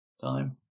time